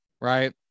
right